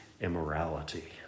immorality